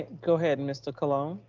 go ahead and mr. colon.